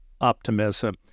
optimism